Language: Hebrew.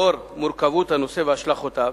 לאור מורכבות הנושא והשלכותיו